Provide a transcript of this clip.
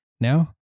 Now